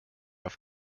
auf